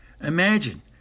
Imagine